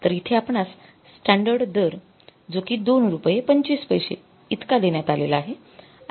तर इथे आपणास स्टॅंडर्ड दर जो कि २ रुपये २५ पैसे इतका देण्यात आलेला आहे